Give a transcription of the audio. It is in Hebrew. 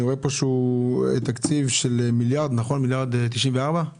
אני רואה כאן תקציב של מיליארד ו-94 מיליון שקלים.